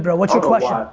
but what's your question?